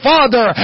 Father